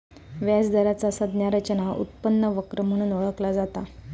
व्याज दराचा संज्ञा रचना उत्पन्न वक्र म्हणून ओळखला जाता